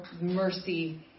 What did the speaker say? mercy